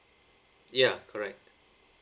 ya correct